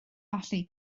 allu